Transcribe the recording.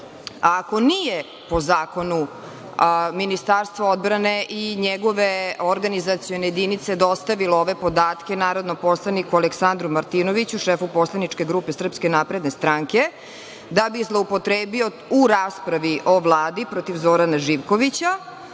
A ako nije po zakonu Ministarstvo odbrane i njegove organizacione jedinice dostavilo ove podatke narodnom poslaniku Aleksandru Martinoviću, šefu poslaničke grupe SNS, da bi zloupotrebio u raspravi o Vladi protiv Zorana Živkovića,